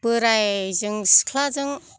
बोरायजों सिख्लाजों